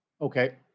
Okay